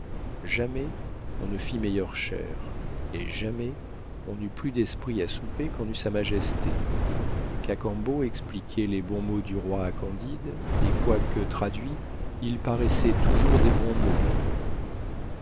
jamais on ne fit meilleure chère et jamais on n'eut plus d'esprit à souper qu'en eut sa majesté cacambo expliquait les bons mots du roi à candide et quoique traduits ils paraissaient toujours des bons mots